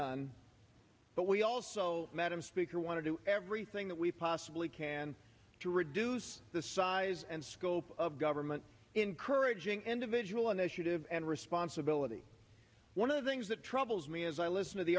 none but we also madam speaker want to do everything that we possibly can to reduce the size and scope of government encouraging individual initiative and responsibility one of the things that troubles me as i listen to the